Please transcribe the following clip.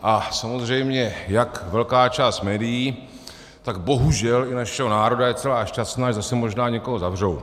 A samozřejmě jak velká část médií, tak bohužel i našeho národa je celá šťastná, až zase možná někoho zavřou.